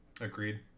Agreed